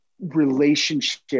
relationship